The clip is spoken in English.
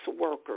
workers